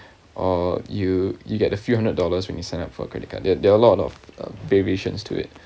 or you you get a few hundred dollars when you sign up for a credit card there there are a lot of uh variations to it